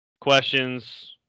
Questions